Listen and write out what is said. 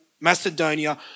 Macedonia